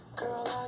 girl